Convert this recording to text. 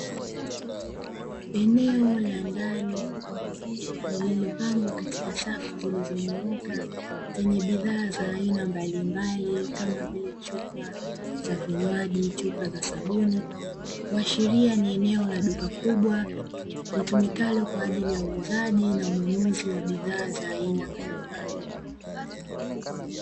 Eneo la ndani lililopangwa kwenye safu zilizonyooka, zenye bidhaa za aina mbalimbali kama vile: chupa za vinywaji, chupa za sabuni. Kuashiria ni duka kubwa litumikalo kwa ajili ya uuzaji na ununuzi wa bidhaa za aina mbalimbali.